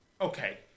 Okay